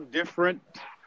different